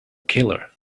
killer